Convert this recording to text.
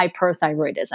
hyperthyroidism